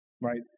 right